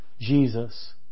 Jesus